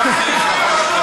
אתה פחדן.